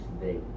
today